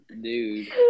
dude